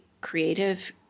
creative